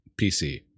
PC